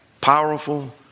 Powerful